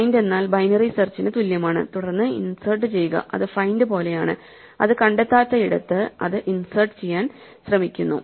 find എന്നാൽ binary സെർച്ച്ച്ചിന് തുല്യമാണ് തുടർന്ന് ഇൻസേർട്ട് ചെയ്യുക അത് ഫൈൻഡ് പോലെയാണ് അത് കണ്ടെത്താത്തയിടത്ത് അത് ഇൻസേർട്ട് ചെയ്യാൻ ശ്രമിക്കുന്നു